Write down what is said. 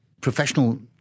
Professional